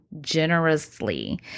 Generously